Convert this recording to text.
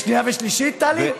בשנייה ושלישית, טלי?